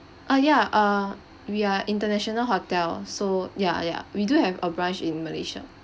uh ya uh we are international hotel so ya ya we do have a branch in malaysia